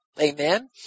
amen